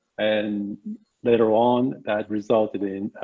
and later on, that resulted in,